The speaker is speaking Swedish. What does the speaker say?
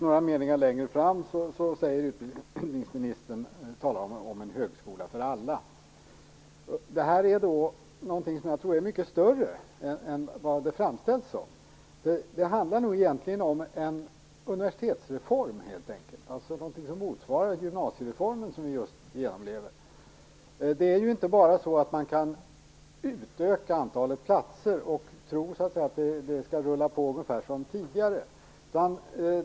Några meningar senare talar utbildningsministern om en högskola för alla. Det här är någonting som jag tror är mycket större än vad det framställs som. Det handlar nog egentligen om en universitetsreform, alltså något som motsvarar gymnasiereformen som vi just nu genomlever. Man kan ju inte bara utöka antalet platser och tro att det skall rulla på ungefär som tidigare.